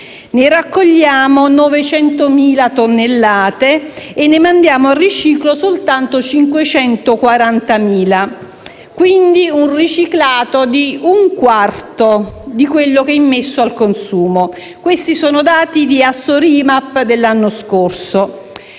ne raccogliamo 900.000 tonnellate e ne mandiamo al riciclo soltanto 540.000. C'è quindi un riciclato pari ad un quarto di quello che è immesso al consumo (questi sono dati di Assorimap dell'anno scorso).